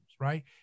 Right